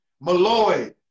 Malloy